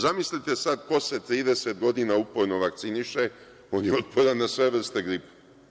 Zamislite sada, posle 30 godine uporno se vakciniše, on je otporan na sve vrste gripa.